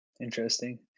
interesting